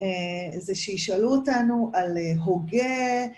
זה שישאלו אותנו על הוגה